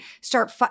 start